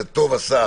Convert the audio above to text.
טוב עשו